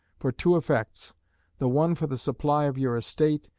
for two effects the one for the supply of your estate,